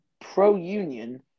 pro-union